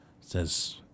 says